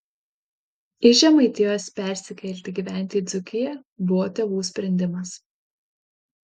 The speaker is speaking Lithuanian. iš žemaitijos persikelti gyventi į dzūkiją buvo tėvų sprendimas